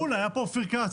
היה כאן אופיר כץ.